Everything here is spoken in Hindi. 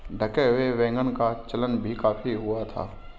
ढके हुए वैगन का चलन भी काफी हुआ था